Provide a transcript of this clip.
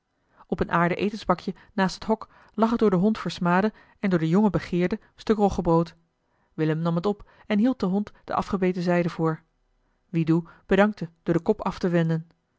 op een aarden etensbakje naast het hok lag het door den hond versmade en door den jongen begeerde stuk roggebrood willem nam het op en hield den hond de afgebeten zijde voor wiedu bedankte door den kop af te wenden